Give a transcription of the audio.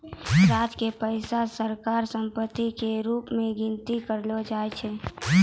राज्य के पैसा सरकारी सम्पत्ति के रूप मे गनती करलो जाय छै